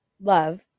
love